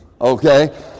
okay